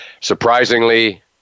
surprisingly